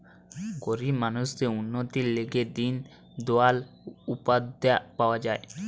গরিব মানুষদের উন্নতির লিগে দিন দয়াল উপাধ্যায় পাওয়া যায়